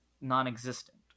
non-existent